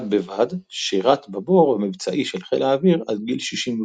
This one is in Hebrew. בד בבד, שרת בבור המבצעי של חה"א עד גיל 62.